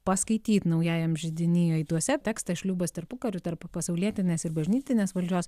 paskaityt naujajam židiny aiduose tekstą šliūbas tarpukariu tarp pasaulietinės ir bažnytinės valdžios